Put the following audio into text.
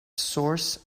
source